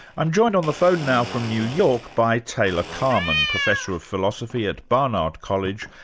i'm joined on the phone now from new york by taylor carman, professor of philosophy at barnard college,